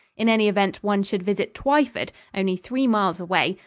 in any event, one should visit twyford, only three miles away,